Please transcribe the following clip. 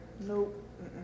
Nope